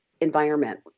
environment